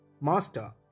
Master